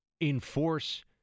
enforce